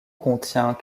contient